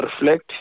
reflect